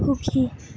সুখী